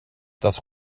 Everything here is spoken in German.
das